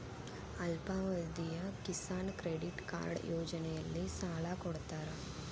ಅಲ್ಪಾವಧಿಯ Kisan credit card ಯೋಜನೆಯಲ್ಲಿಸಾಲ ಕೊಡತಾರ